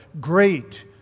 great